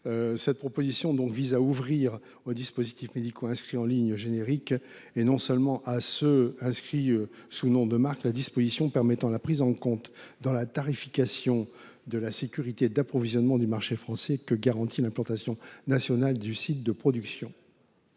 Il s’agit d’ouvrir aux dispositifs médicaux inscrits en ligne générique, et non seulement à ceux qui sont inscrits sous nom de marque, la disposition permettant la prise en compte dans la tarification de la sécurité d’approvisionnement du marché français que garantit l’implantation nationale des sites de production.